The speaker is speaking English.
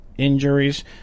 injuries